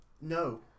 No